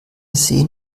sehen